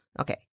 Okay